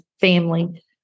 family